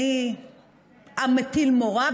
אני המטיל מורא,